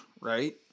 right